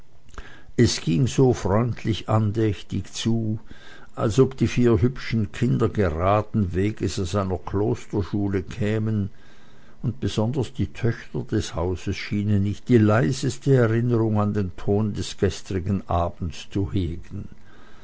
es ging so freundlich andächtig zu als ob die vier hübschen kinder geraden weges aus einer klosterschule kämen und besonders die töchter des hauses schienen nicht die leiseste erinnerung an den ton des gestrigen abends zu hegen